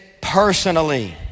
personally